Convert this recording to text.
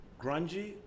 grungy